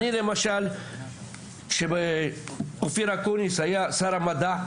אני למשל שאופיר אקוניס היה שר המדע,